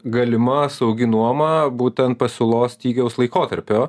galima saugi nuoma būtent pasiūlos stygiaus laikotarpiu